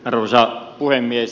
arvoisa puhemies